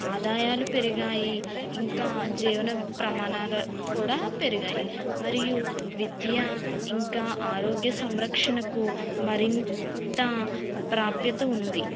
ఆదాయాలు పెరిగాయి ఇంకా జీవన ప్రమాణాలు కూడా పెరిగాయి మరియు విద్యా ఇంకా ఆరోగ్య సంరక్షణకు మరింత ప్రాప్యత ఉంది